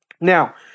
Now